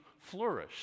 flourish